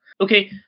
Okay